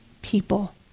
people